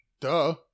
Duh